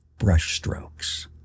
brushstrokes